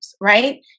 Right